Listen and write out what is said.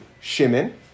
Shimon